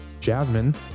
Jasmine